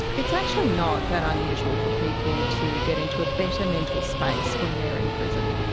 it's actually not that unusual for people to get into a better mental space when they're in prison.